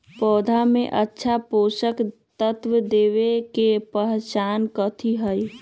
पौधा में अच्छा पोषक तत्व देवे के पहचान कथी हई?